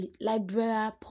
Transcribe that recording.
library